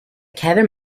kevin